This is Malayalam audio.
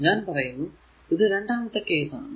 ഞാൻ പറയുന്നു ഇത് രണ്ടാമത്തെ കേസ് ആണ്